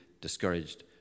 discouraged